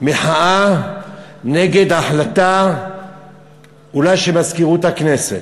מחאה נגד החלטה אולי של מזכירות הכנסת.